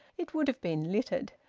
it would have been littered.